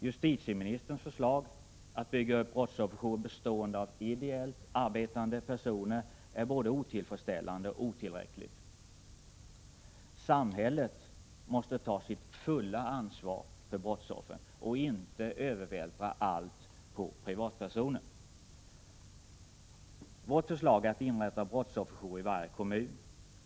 Justitieministerns förslag att bygga upp brottsofferjourer bestående av ideellt arbetande personer är både otillfredsställande och otillräckligt. Samhället måste ta sitt fulla ansvar för brottsoffren och inte övervältra allt på privatpersoner. Vårt förslag är att inrätta en brottsofferjour i varje kommun.